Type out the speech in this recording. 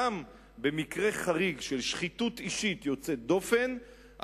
גם במקרה חריג של שחיתות אישית יוצאת דופן,